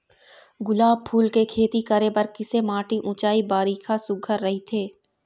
गुलाब फूल के खेती करे बर किसे माटी ऊंचाई बारिखा सुघ्घर राइथे?